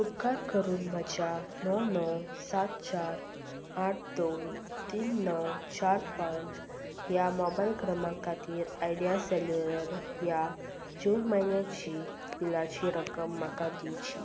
उपकार करून म्हज्या णव णव सात चार आठ दोन तीन णव चार पांच ह्या मोबायल क्रमांका खातीर आयडिया सॅल्युलर ह्या जून म्हयन्याची बिलाची रक्कम म्हाका दिवची